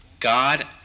God